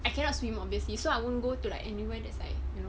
I cannot swim obviously so I won't go to like anywhere that's like you know